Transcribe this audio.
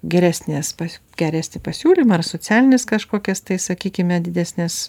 geresnės pas geresnį pasiūlymą ar socialines kažkokias tai sakykime didesnes